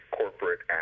corporate